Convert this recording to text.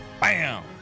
bam